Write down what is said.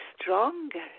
stronger